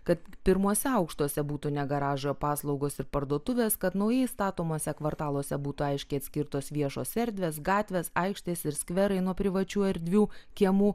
kad pirmuose aukštuose būtų ne garažo paslaugos ir parduotuvės kad naujai statomuose kvartaluose būtų aiškiai atskirtos viešos erdvės gatvės aikštės ir skverai nuo privačių erdvių kiemų